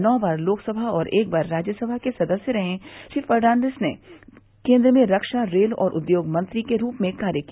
नौ बार लोकसभा और एक बार राज्य सभा के सदस्य रहे श्री फर्नान्डीज ने केन्द्र में रक्षा रेल और उद्योग मंत्री के रूप में कार्य किया